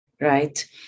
right